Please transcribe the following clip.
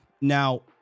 Now